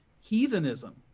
heathenism